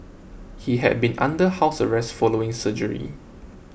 he had been under house arrest following surgery